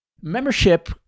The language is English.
Membership